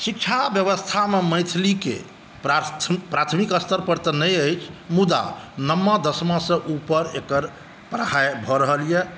शिक्षा व्यवस्था मे मैथिली के पढ़ाइ प्राथमिक स्तर पर त नहि अछि मुदा नमा दसमा सँ ऊपर एकर पढ़ाइ भऽ रहल यऽ